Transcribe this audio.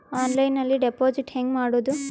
ಆನ್ಲೈನ್ನಲ್ಲಿ ಡೆಪಾಜಿಟ್ ಹೆಂಗ್ ಮಾಡುದು?